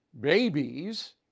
babies